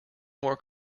more